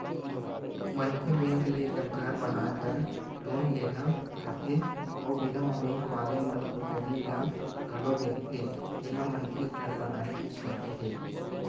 मनखे बेंक ले जब घर बनाए बर लोन लेना चाहथे ओ बेरा म बेंक वाले मन ओ जमीन ल घलो देखथे जिहाँ मनखे घर बनाए के सोचे हे